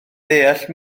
deall